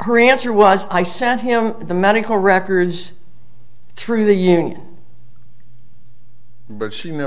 her answer was i sent him the medical records through the union but she never